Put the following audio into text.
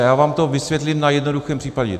A já vám to vysvětlím na jednoduchém případě.